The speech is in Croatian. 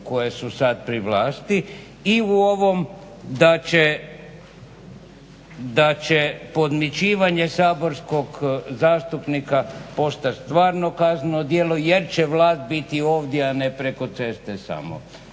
koje su sada pri vlasti i u ovom da će podmićivanje saborskog zastupnika postati stvarno kazneno djelo jer će vlast biti ovdje, a ne preko ceste samo